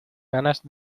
ganas